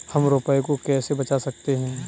हम रुपये को कैसे बचा सकते हैं?